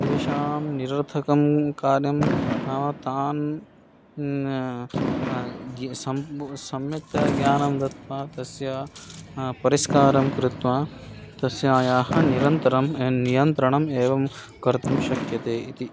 तेषां निरर्थकं कार्यं नाम तान् ग्य सः सम्यक्तया ज्ञानं दत्त्वा तस्य परिष्कारं कृत्वा तस्य निरन्तरं नियन्त्रणम् एवं कर्तुं शक्यते इति